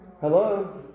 Hello